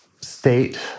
state